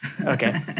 Okay